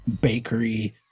bakery